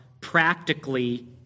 practically